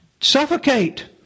suffocate